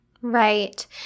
Right